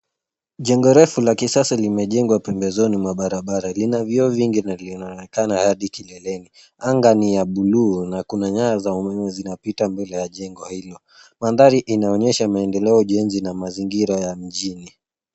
Jengo refu la kisasa limejengwa pembezoni mwa barabara. Lina vioo vingi na linaonekana hadi kileleni anga ni ya bluu na kuna nyaya za umeme zinapita mbele ya jengo hilo. Mandhari inaonyesha maendeleo ya ujenzi na mazingira ya mjini.